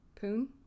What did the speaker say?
Poon